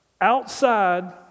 Outside